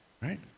right